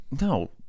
no